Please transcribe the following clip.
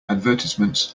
advertisements